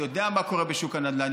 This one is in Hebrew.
יודע מה קורה בשוק הנדל"ן,